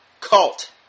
cult